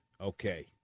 Okay